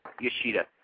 Yoshida